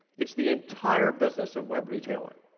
it's the entire business of web retailing.